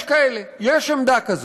יש כאלה, יש עמדה כזאת.